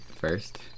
first